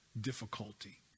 difficulty